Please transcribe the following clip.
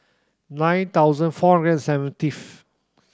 nine thousand four hundred seventieth